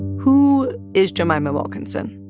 who is jemima wilkinson?